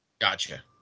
Gotcha